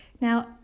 Now